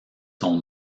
son